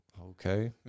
Okay